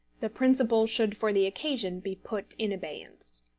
the principle should for the occasion be put in abeyance.